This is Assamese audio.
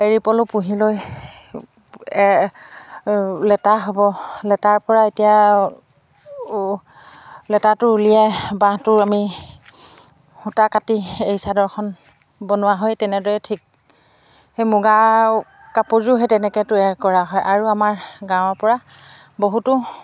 এৰি পলো পুহি লৈ লেতা হ'ব লেতাৰ পৰা এতিয়া উ লেটাটো উলিয়াই বাঁহটো আমি সূতা কাটি এই চাদৰখন বনোৱা হয় তেনেদৰে ঠিক সেই মুগা কাপোৰযোৰহে তেনেকৈ তৈয়াৰ কৰা হয় আৰু আমাৰ গাঁৱৰ পৰা বহুতো